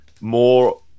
more